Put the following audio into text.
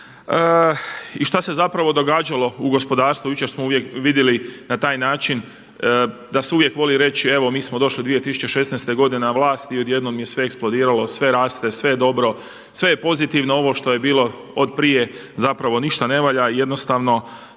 i šta se zapravo događalo u gospodarstvu. Jučer smo vidjeli na taj način da se uvijek voli reći evo mi smo došli 2016. godine na vlast i odjednom je sve eksplodiralo, sve raste, sve je dobro, sve je pozitivno ovo što je bilo od prije zapravo ništa ne valja. Jednostavno